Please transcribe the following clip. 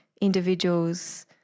individuals